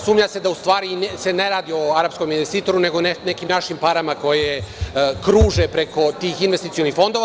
Sumnja se da se u stvari ne radi o arapskom investitoru, nego o nekim našim parama koje kruže preko tih investicionih fondova.